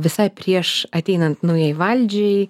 visai prieš ateinant naujai valdžiai